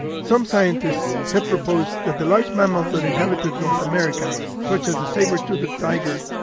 some scientists have proposed that the large mammals that inhabited north america, such as the saber-toothed tiger,